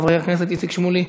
חבר הכנסת איתן ברושי,